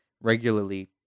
regularly